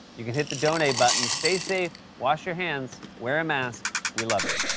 you can hit the donate button. stay safe, wash your hands, wear a mask. we love you.